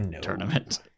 tournament